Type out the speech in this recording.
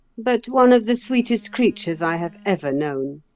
but one of the sweetest creatures i have ever known.